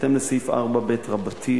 בהתאם לסעיף 4ב רבתי,